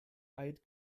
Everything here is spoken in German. eid